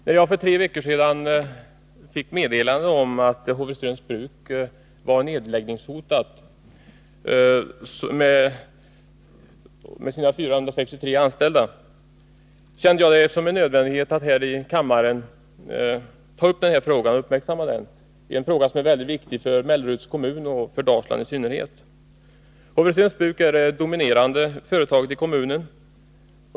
När jag för tre veckor sedan fick meddelande om att Håvreströms Bruk med dess 463 anställda var nedläggningshotat kände jag det som en nödvändighet att här i kammaren uppmärksamma frågan. Den är mycket viktig för Melleruds kommun och Dalsland i synnerhet. Håvreströms Bruk är det dominerade företaget i kommunen.